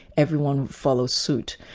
everyone followed suit.